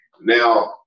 Now